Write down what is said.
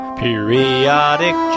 periodic